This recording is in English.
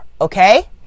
Okay